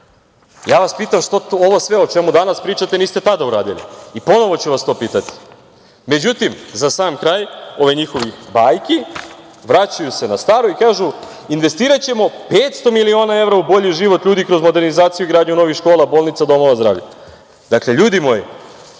vas - što ovo sve o čemu danas pričate niste tada uradili? I ponovo ću vas to pitati.Međutim, za sam kraj ovih njihovih bajki vraćaju se na staro i kažu – investiraćemo 500 miliona evra u bolji život ljudi kroz modernizaciju i gradnju novih škola, bolnica, domova zdravlja. Dakle, ljudi moji,